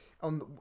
on